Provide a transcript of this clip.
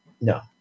No